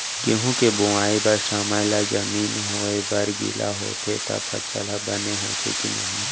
गेहूँ के बोआई बर समय ला जमीन होये बर गिला होथे त फसल ह बने होथे की नही?